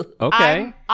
Okay